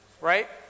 right